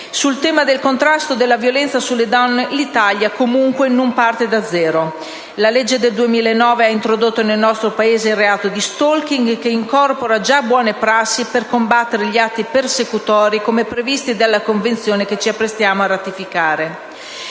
Sul tema del contrasto della violenza sulle donne l'Italia comunque non parte da zero. La legge n. 38 del 2009 ha introdotto nel nostro Paese il reato di *stalking*, che incorpora già buone prassi per combattere gli atti persecutori, come previsto dalla Convenzione che ci apprestiamo a ratificare.